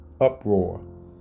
uproar